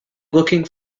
looking